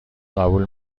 قبول